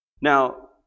now